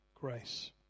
grace